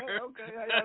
Okay